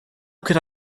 could